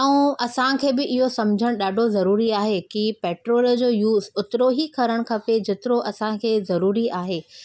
ऐं असांखे बि इहो सम्झणु ॾाढो ज़रूरी आहे की पेट्रोल जो यूज़ ओतिरो ई करणु खपे जेतिरो असांखे ज़रूरी आहे